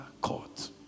court